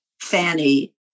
Fanny